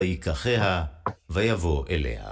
ויקחה, ויבוא אליה.